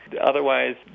Otherwise